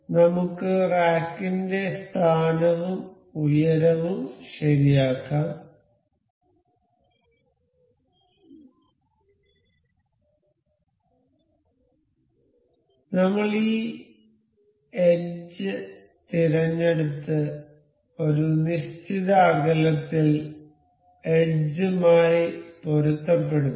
നമുക്ക് റാക്കിന്റെ സ്ഥാനവും ഉയരവും ശരിയാക്കാം നമ്മൾ ഈ എഡ്ജ് തിരഞ്ഞെടുത്ത് ഒരു നിശ്ചിത അകലത്തിൽ എഡ്ജുമായി പൊരുത്തപ്പെടുത്തുക